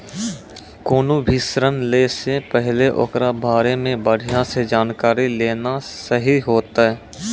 कोनो भी ऋण लै से पहिले ओकरा बारे मे बढ़िया से जानकारी लेना सही होतै